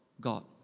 God